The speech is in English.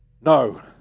no